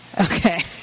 Okay